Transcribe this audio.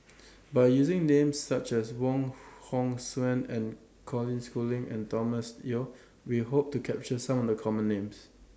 By using Names such as Wong Hong Suen and Colin Schooling and Thomas Yeo We Hope to capture Some of The Common Names